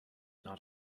not